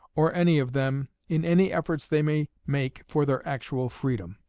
or any of them, in any efforts they may make for their actual freedom.